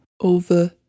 over